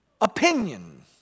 opinion